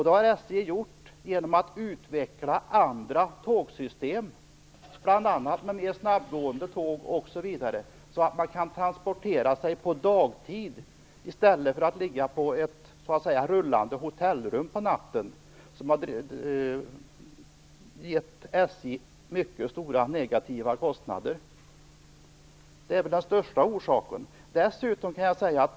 Det har SJ gjort genom att utveckla andra tågsystem, bl.a. mer snabbgående tåg, så att persontransporterna kan ske på dagtid i stället för man skall ligga i rullande hotellrum på natten, vilket har gett SJ mycket stora kostnader. Detta är huvudorsaken.